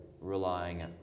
relying